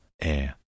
air